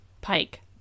Pike